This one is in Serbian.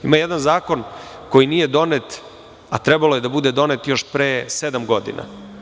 Ima jedan zakon koji nije donet, a trebalo je da bude donet još pre sedam godina.